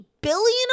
billion